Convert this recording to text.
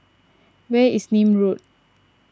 where is Nim Road